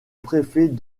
préfet